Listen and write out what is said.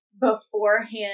beforehand